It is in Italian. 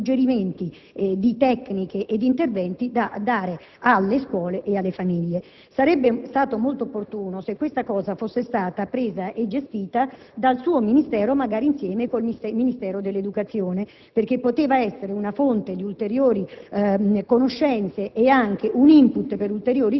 di tecniche e interventi per le scuole e le famiglie. Sarebbe stato molto opportuno se questa iniziativa fosse stata presa e gestita dal suo Ministero, magari insieme con il Ministero della pubblica istruzione perché poteva costituire una fonte di ulteriori conoscenze ed anche un *input* per ulteriori